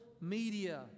media